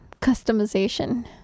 customization